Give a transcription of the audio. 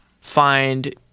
find